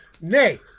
Nay